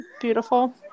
beautiful